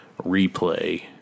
replay